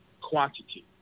quantity